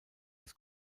des